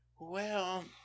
Well